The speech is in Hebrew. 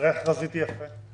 תראה איך רזיתי יפה...